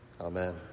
amen